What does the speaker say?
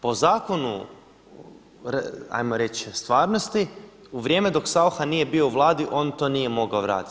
Po zakonu hajmo reći stvarnosti u vrijeme dok Saucha nije bio u Vladi on to nije mogao raditi.